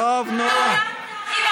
טוב, נו.